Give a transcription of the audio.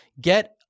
get